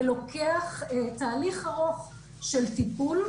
ולוקח תהליך ארוך של טיפול,